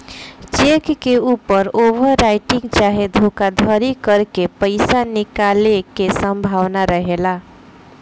check के ऊपर overwriting चाहे धोखाधरी करके पईसा निकाले के संभावना रहेला